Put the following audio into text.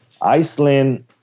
Iceland